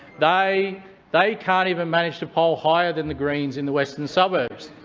they they can't even manage to poll higher than the greens in the western suburbs.